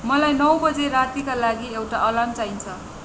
मलाई नौ बजे रातिका लागि एउटा अलार्म चाहिन्छ